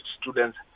students